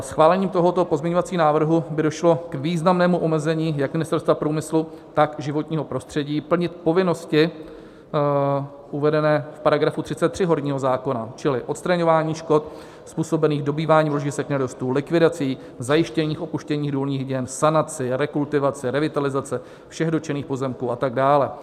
Schválením tohoto pozměňovacího návrhu by došlo k významnému omezení jak Ministerstva průmyslu, tak životního prostředí plnit povinnosti uvedené v § 33 horního zákona čili odstraňování škod způsobených dobýváním ložisek nerostů, likvidaci zajištěných opuštěných důlních děl, sanaci, rekultivaci, revitalizaci všech dotčených pozemků a tak dále.